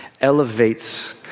elevates